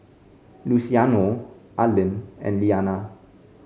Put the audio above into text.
Luciano Arlen and Lyanna